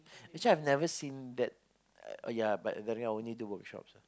actually I've never seen that uh oh yeah but then I only do workshops ah